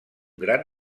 gran